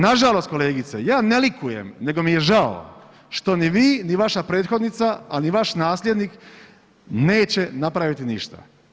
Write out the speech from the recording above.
Nažalost kolegice, ja ne likujem, nego mi je žao što ni vi, ni vaša prethodnica, a ni vaš nasljednik neće napraviti ništa.